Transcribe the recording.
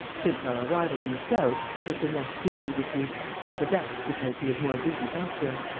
since our arrival in the south, he has been less busy with you but that was because he was more busy elsewhere.